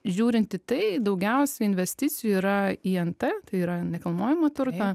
žiūrint į tai daugiausia investicijų yra į nt tai yra nekilnojamą turtą